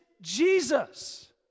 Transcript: Jesus